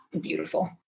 beautiful